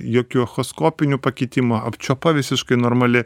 jokių echoskopinių pakitimų apčiuopa visiškai normali